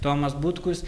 tomas butkus